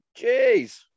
Jeez